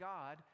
God